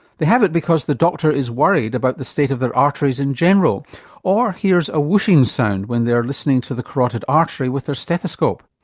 they have it because the doctor is worried about the state of their arteries in general or hears a whooshing sound when they are listening to the carotid artery with their stethoscope.